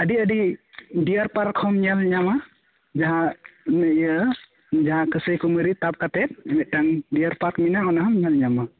ᱟᱹᱰᱤ ᱟᱹᱰᱤ deer park ᱦᱚᱢ ᱧᱮᱞ ᱧᱟᱢᱟ ᱡᱟᱦᱟᱸ ᱤᱭᱟᱹ ᱡᱟᱦᱟᱸ ᱠᱟᱹᱥᱟᱹᱭ ᱠᱩᱢᱟᱹᱨᱤ ᱛᱟᱯ ᱠᱟᱛᱮᱫ ᱢᱤᱫᱴᱟᱝ ᱰᱤᱭᱟᱨ ᱯᱟᱨᱠ ᱢᱮᱱᱟᱜᱼᱟ ᱚᱱᱟᱦᱚᱢ ᱧᱮᱞ ᱧᱟᱢᱟ